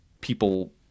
people